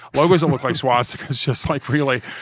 logos that look like swastikas just like really,